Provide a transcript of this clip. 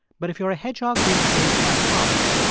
but if you're a hedgehog being chased by a fox,